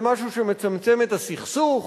זה משהו שמצמצם את הסכסוך?